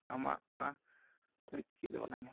ᱟᱢᱟᱜ ᱚᱱᱟ ᱤᱲᱤᱡ ᱪᱤᱠᱤᱡ ᱫᱚ ᱵᱟᱞᱮ ᱧᱮᱞ ᱛᱟᱢᱟ